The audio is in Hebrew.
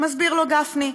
מסביר לו גפני.